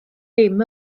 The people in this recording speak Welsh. dim